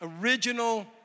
original